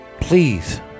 please